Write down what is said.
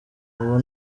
ubu